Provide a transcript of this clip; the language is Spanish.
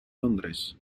londres